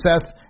Seth